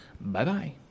Bye-bye